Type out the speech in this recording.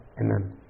Amen